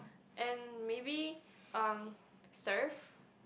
and maybe uh surf